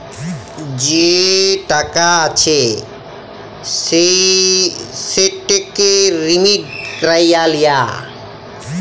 যে টাকা আছে সেটকে রিডিম ক্যইরে লিয়া